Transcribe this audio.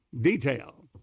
detail